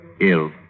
Ill